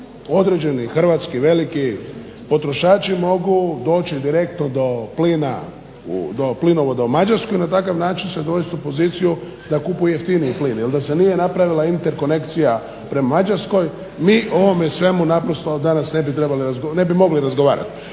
određeni hrvatski veliki potrošači mogu doći direktno do plinovoda u Mađarskoj i na takav način se dovesti u poziciju da kupuju jeftiniji plin jer da se nije napravila interkonekcija prema Mađarskoj mi o ovome svemu ne bi danas mogli razgovarati.